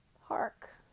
hark